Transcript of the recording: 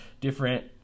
different